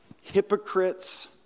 hypocrites